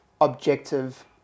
objective